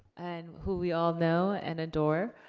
and who we all know and adore.